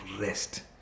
rest